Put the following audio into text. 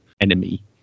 enemy